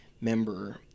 member